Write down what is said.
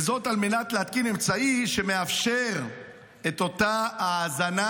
וזאת על מנת להתקין אמצעי שמאפשר את אותה האזנה,